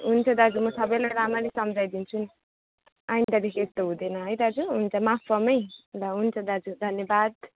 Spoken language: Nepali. हुन्छ दाजु म सबैलाई राम्ररी सबैलाई सम्झाइदिन्छु नि आइन्दादेखि यस्तो हुँदैन है दाजु हुन्छ माफ पाउँ है ल हुन्छ दाजु धन्यवाद